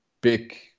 big